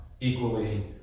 equally